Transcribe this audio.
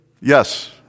Yes